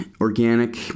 organic